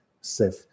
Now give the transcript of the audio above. safe